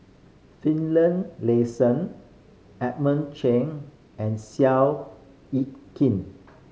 Edmund Chen and Seow Yit Kin